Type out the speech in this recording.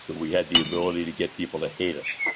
so we had the ability to get people to hate us,